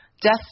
Death